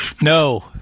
No